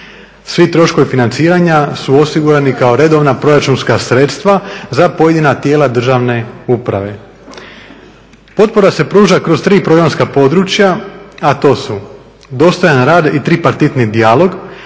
Svi troškovi financiranja su osigurani kao redovna proračunska sredstva za pojedina tijela državne uprave. Potpora se pruža kroz tri programska područja, a to su: dostojan rad i tripartitni dijalog